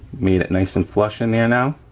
made it nice and flush in there now.